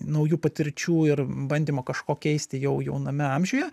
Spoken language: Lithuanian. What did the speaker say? naujų patirčių ir bandymo kažko keisti jau jauname amžiuje